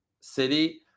City